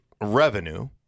revenue